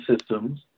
systems